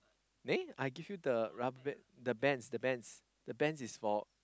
there I give you the rubber bands the band the bands the bands is for